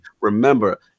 remember